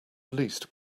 least